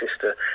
sister